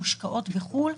מושקעות בחו"ל,